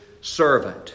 servant